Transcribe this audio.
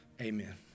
Amen